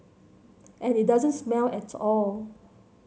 and it doesn't smell at all